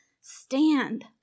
stand